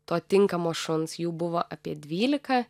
to tinkamo šuns jų buvo apie dvylika